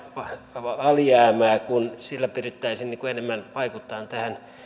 alijäämää kun sillä pyrittäisiin enemmän vaikuttamaan tähän